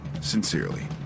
Sincerely